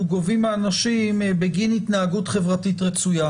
גובים מאנשים בגין התנהגות חברתית רצויה.